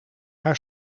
haar